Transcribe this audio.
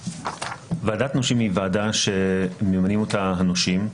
ועדת נושים היא ועדה שממנים אותה הנושים.